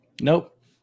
Nope